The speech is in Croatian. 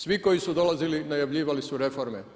Svi koji su dolazili najavljivali su reforme.